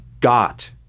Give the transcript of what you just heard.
got